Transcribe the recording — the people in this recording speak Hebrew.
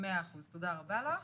מאה אחוז, תודה רבה לך.